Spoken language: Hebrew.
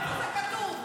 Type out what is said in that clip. איפה זה כתוב?